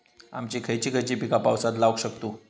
आम्ही खयची खयची पीका पावसात लावक शकतु?